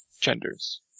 genders